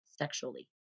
sexually